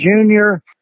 Junior